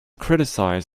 criticized